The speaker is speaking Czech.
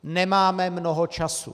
Nemáme mnoho času.